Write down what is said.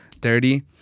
dirty